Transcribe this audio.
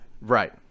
right